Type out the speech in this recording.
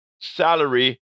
salary